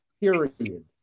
period